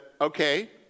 okay